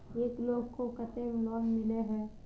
एक लोग को केते लोन मिले है?